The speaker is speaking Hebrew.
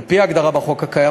על-פי ההגדרה בחוק הקיים,